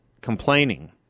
complaining